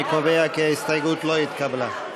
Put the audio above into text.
אני קובע כי ההסתייגות לא התקבלה.